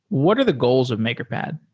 what are the goals of makerpad?